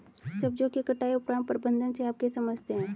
सब्जियों के कटाई उपरांत प्रबंधन से आप क्या समझते हैं?